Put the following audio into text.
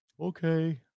Okay